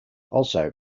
also